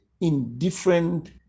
indifferent